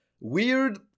weird